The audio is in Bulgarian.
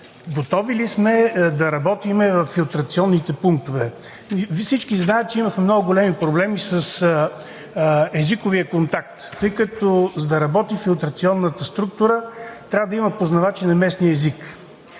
готови ли сме да говорим във филтрационните пунктове? Всички знаете, че имахме много големи проблеми с езиковия контакт, тъй като, за да работи филтрационната структура трябва да имаме познавачи на местния език.